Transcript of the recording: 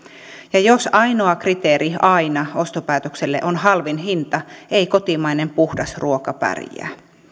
jos ainoa kriteeri aina ostopäätökselle on halvin hinta ei kotimainen puhdas ruoka pärjää